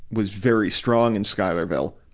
was very strong in schuylerville,